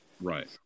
Right